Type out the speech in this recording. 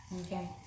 Okay